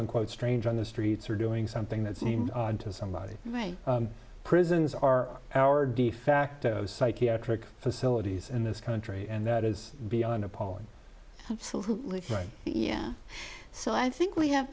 unquote stranger on the streets or doing something that seemed odd to somebody prisons or our de facto psychiatric facilities in this country and that is beyond appalling absolutely right so i think we have